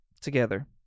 together